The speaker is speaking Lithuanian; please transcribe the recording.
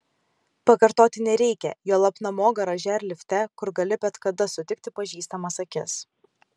pakartoti nereikia juolab namo garaže ar lifte kur gali bet kada sutikti pažįstamas akis